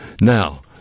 Now